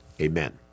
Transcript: Amen